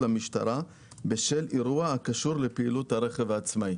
למשטרה בשל אירוע הקשור לפעילות הרכב העצמאי".